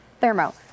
Thermo